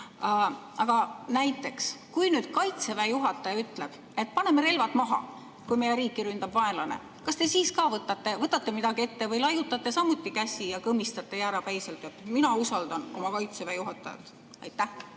Aga kui nüüd Kaitseväe juhataja ütleb, et paneme relvad maha, kui meie riiki ründab vaenlane, kas te siis võtate midagi ette või laiutate samuti käsi ja kõmistate jäärapäiselt: "Mina usaldan oma Kaitseväe juhatajat."? Aitäh